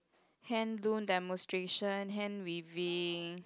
hand do demonstration hand weaving